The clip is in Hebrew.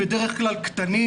בדרך כלל צעירים,